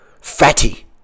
fatty